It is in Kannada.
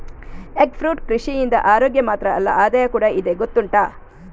ಎಗ್ ಫ್ರೂಟ್ ಕೃಷಿಯಿಂದ ಅರೋಗ್ಯ ಮಾತ್ರ ಅಲ್ಲ ಆದಾಯ ಕೂಡಾ ಇದೆ ಗೊತ್ತುಂಟಾ